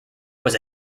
was